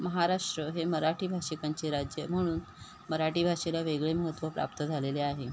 महाराष्ट्र हे मराठी भाषिकांचे राज्य म्हणून मराठी भाषेला वेगळे महत्त्व प्राप्त झालेले आहे